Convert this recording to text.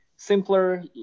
simpler